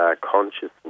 consciousness